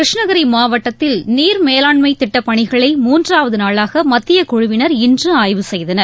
கிருஷ்ணகிரி மாவட்டத்தில் நீர்மேலாண்மை திட்டப்பணிகளை மூன்றாவது நாளாக மத்தியக் குழுவினர் இன்று ஆய்வு செய்தனர்